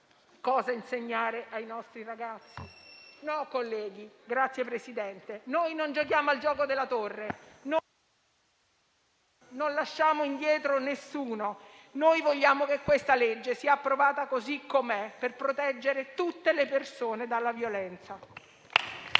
cosa insegnare ai nostri ragazzi? No, colleghi, noi non giochiamo al gioco della torre, non lasciamo indietro nessuno. Vogliamo che questa legge sia approvata così com'è, per proteggere tutte le persone dalla violenza.